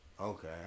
Okay